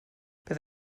bydd